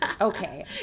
Okay